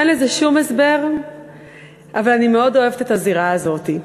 אין לזה שום הסבר אבל אני מאוד אוהבת את הזירה הזאת.